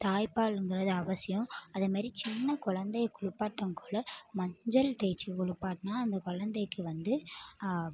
தாய்பாலுங்கிறது அவசியம் அது மாரி சின்ன குழந்தய குளிப்பாடங்குள்ளே மஞ்சள் தேய்ச்சு குளிப்பாட்னா அந்த குழந்தைக்கு வந்து